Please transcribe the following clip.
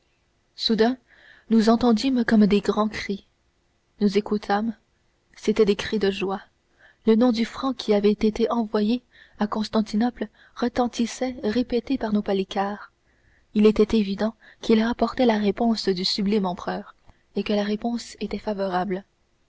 soudain nous entendîmes comme de grands cris nous écoutâmes c'étaient des cris de joie le nom du franc qui avait été envoyé à constantinople retentissait répété par nos palicares il était évident qu'il rapportait la réponse du sublime empereur et que la réponse était favorable